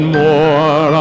more